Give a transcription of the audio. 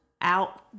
out